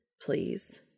please